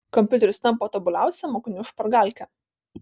kompiuteris tampa tobuliausia mokinių špargalke